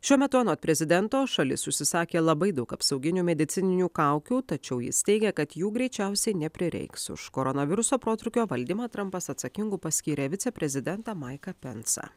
šiuo metu anot prezidento šalis užsisakė labai daug apsauginių medicininių kaukių tačiau jis teigia kad jų greičiausiai neprireiks už koronaviruso protrūkio valdymą trampas atsakingu paskyrė viceprezidentą maiką pensą